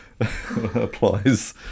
applies